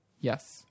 Yes